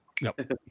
Nope